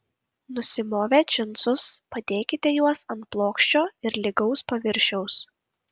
nusimovę džinsus padėkite juos ant plokščio ir lygaus paviršiaus